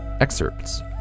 Excerpts